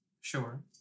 Sure